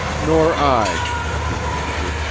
nor i, she answered,